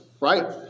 right